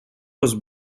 was